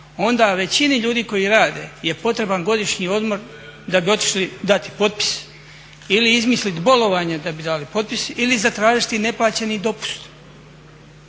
onda većini ljudi koji rade je potreban godišnji odmor da bi otišli dati potpis ili izmislit bolovanje da bi dali potpis ili zatražiti neplaćeni dopust.